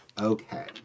Okay